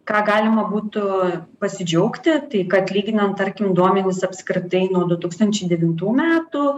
ką galima būtų pasidžiaugti tai kad lyginant tarkim duomenis apskritai nuo du tūkstančiai devintų metų